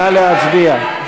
נא להצביע.